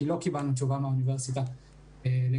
כי לא קיבלנו תשובה מהאוניברסיטה לגביו.